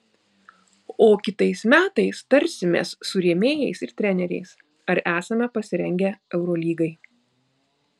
o kitais metais tarsimės su rėmėjais ir treneriais ar esame pasirengę eurolygai